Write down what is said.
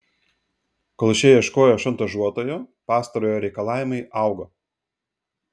kol šie ieškojo šantažuotojo pastarojo reikalavimai augo